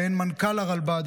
ואין מנכ"ל לרלב"ד,